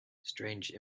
strange